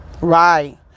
Right